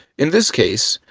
in this case,